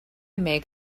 make